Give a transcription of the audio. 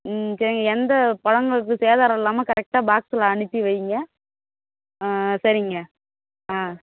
ம் சரிங்க எந்த பழங்களுக்கு சேதாரம் இல்லாமல் கரெக்டாக பாக்ஸில் அனுப்பி வைங்க ஆ சரிங்க ஆ